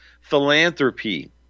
Philanthropy